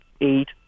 eight